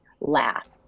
laugh